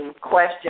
question